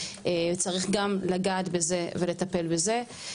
צריך גם לגעת בזה ולטפל בזה,